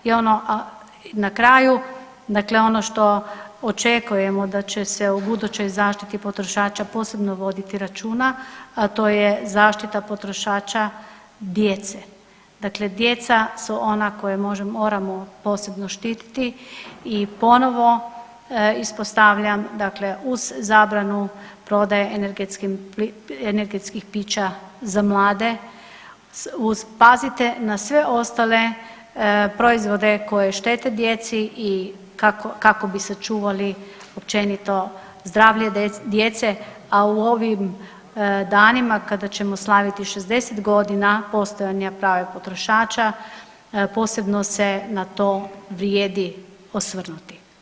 I ono, na kraju, dakle ono što očekujemo da će se u budućoj zaštiti potrošača posebno voditi računa, a to je zaštita potrošača djece, dakle djeca su ona koja moramo posebno štititi i ponovo ispostavljam dakle uz zabranu prodaje dakle energetskih pića za mlade, uz, pazite na sve ostale proizvode koji štete djeci i kako bi sačuvali općenito zdravlje djece, a u ovim danima kada ćemo slaviti 60 godina postojanja prava potrošača, posebno se na to vrijedi osvrnuti.